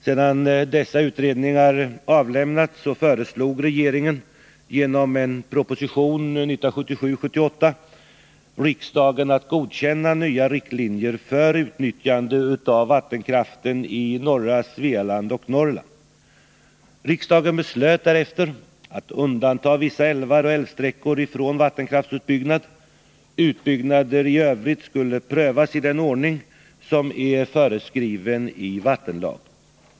Sedan dessa utredningar avlämnats föreslog regeringen genom en proposition 1977/78 riksdagen att godkänna nya riktlinjer för utnyttjande av vattenkraften i norra Svealand och Norrland. Riksdagen beslöt därefter att undanta vissa älvar och älvsträckor från vattenkraftsutbyggnad. Utbyggnader i övrigt skulle prövas i den ordning som är föreskriven i vattenlagen.